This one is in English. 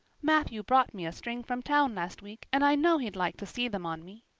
matthew brought me a string from town last week, and i know he'd like to see them on me.